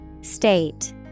State